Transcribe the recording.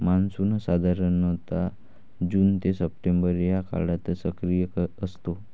monsoon साधारणतः June ते September या काळात सक्रिय असतो